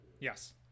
yes